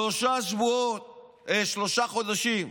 שלושה חודשים,